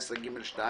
14ג2